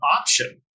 option